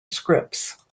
scripts